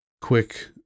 quick